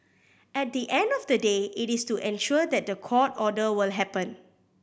at the end of the day it is to ensure that the court order will happen